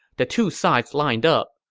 the two sides lined up.